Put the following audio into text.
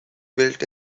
built